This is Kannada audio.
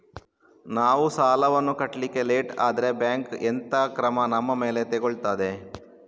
ನಾವು ಸಾಲ ವನ್ನು ಕಟ್ಲಿಕ್ಕೆ ಲೇಟ್ ಆದ್ರೆ ಬ್ಯಾಂಕ್ ಎಂತ ಕ್ರಮ ನಮ್ಮ ಮೇಲೆ ತೆಗೊಳ್ತಾದೆ?